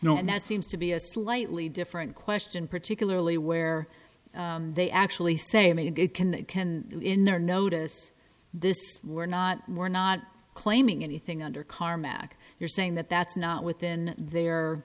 you know and that seems to be a slightly different question particularly where they actually say i mean it can it can in their notice this we're not we're not claiming anything under car mag you're saying that that's not within their